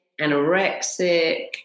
anorexic